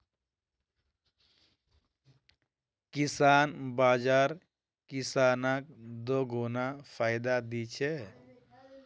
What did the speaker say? किसान बाज़ार किसानक दोगुना फायदा दी छे